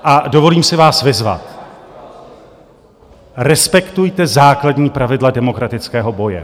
A dovolím si vás vyzvat: respektujte základní pravidla demokratického boje.